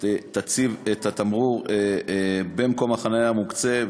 תציב את התמרור במקום החניה המוקצה,